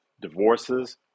divorces